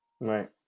Right